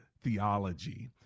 theology